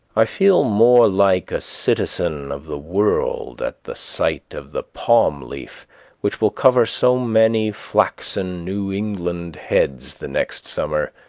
i feel more like a citizen of the world at the sight of the palm-leaf which will cover so many flaxen new england heads the next summer,